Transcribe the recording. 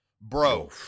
bro